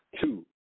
Two